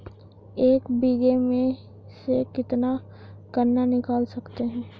एक बीघे में से कितना गन्ना निकाल सकते हैं?